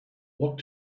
what